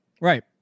Right